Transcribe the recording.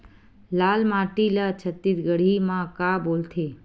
लाल माटी ला छत्तीसगढ़ी मा का बोलथे?